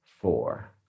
four